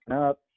up